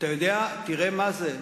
תראה מה זה,